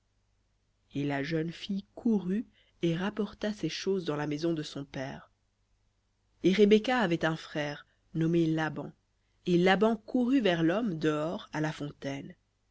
et la jeune fille courut et rapporta ces choses dans la maison de son père et rebecca avait un frère nommé laban et laban courut vers l'homme dehors à la fontaine